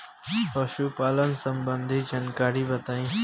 पशुपालन सबंधी जानकारी बताई?